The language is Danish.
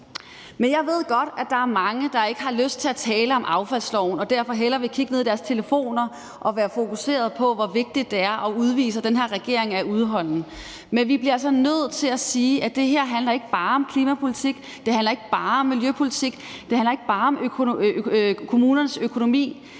Men jeg ved godt, at der er mange, der ikke har lyst til at tale om affaldsloven og derfor hellere vil kigge ned i deres telefoner og være fokuseret på, hvor vigtigt det er at vise, at den her regering er udholdende. Men vi bliver altså nødt til at sige, at det her ikke bare handler om klimapolitik, ikke bare handler om miljøpolitik, ikke bare handler om kommunernes økonomi;